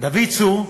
דוד צור,